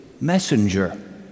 messenger